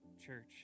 Church